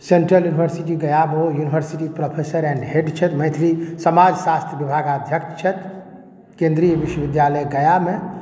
central university गयामे ओ university professor and head छथि मैथिली समाजशास्त्रक विभागाध्यक्ष छथि केन्द्रीय विश्वविद्यालय गयामे